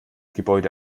gebäude